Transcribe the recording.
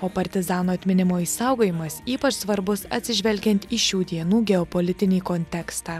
o partizanų atminimo išsaugojimas ypač svarbus atsižvelgiant į šių dienų geopolitinį kontekstą